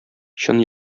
чын